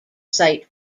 site